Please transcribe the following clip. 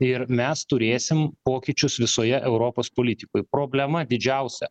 ir mes turėsim pokyčius visoje europos politikoj problema didžiausia